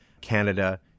Canada